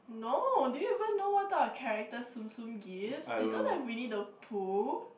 no do you even know what type of character Tsum-Tsum gives they don't have Winnie-the-Pooh